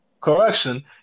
Correction